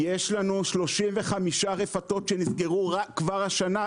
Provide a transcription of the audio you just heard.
יש לנו 35 רפתות שנסגרו רק השנה.